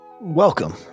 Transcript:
Welcome